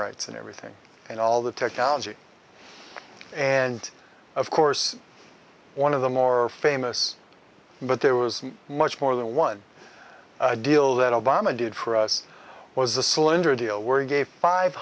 rights and everything and all the technology and of course one of the more famous but there was much more than one deal that obama did for us was the